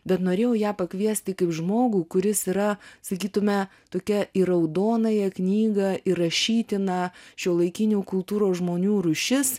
bet norėjau ją pakviesti kaip žmogų kuris yra sakytume tokia į raudonąją knygą įrašytina šiuolaikinių kultūros žmonių rūšis